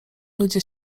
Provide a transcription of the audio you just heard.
ludzie